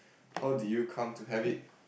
how do you come to have it